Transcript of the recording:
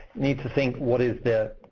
need to think what is the